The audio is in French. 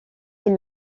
est